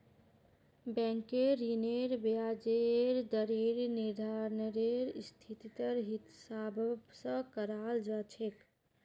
बैंकेर ऋनेर ब्याजेर दरेर निर्धानरेर स्थितिर हिसाब स कराल जा छेक